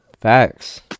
Facts